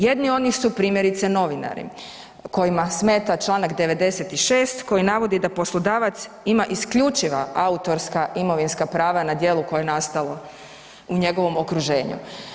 Jedni od njih su, primjerice, novinari kojima smeta čl. 96 koji navodi da poslodavac ima isključiva autorska imovinska prava na djelu koje je nastalo u njegovom okruženju.